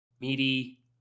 meaty